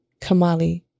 Kamali